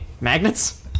Magnets